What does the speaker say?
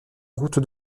route